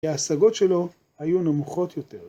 כי ההשגות שלו היו נמוכות יותר.